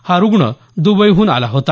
हा रुग्ण दुबईहून आला होता